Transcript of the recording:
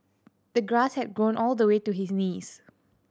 the grass had grown all the way to his knees